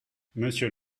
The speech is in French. monsieur